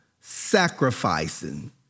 sacrificing